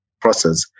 process